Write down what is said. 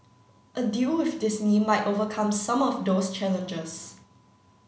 a deal with Disney might overcome some of those challenges